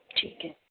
ਠੀਕ ਹੈ